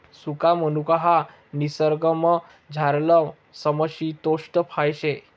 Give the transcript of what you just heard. सुका मनुका ह्या निसर्गमझारलं समशितोष्ण फय शे